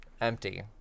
empty